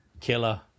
killer